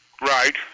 Right